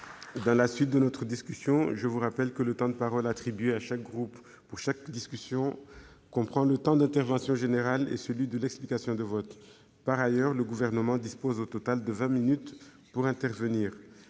! Mes chers collègues, je vous rappelle que le temps de parole attribué à chaque groupe pour chaque discussion comprend le temps d'intervention générale et celui de l'explication de vote. Par ailleurs, le Gouvernement dispose au total de vingt minutes pour intervenir.